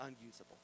unusable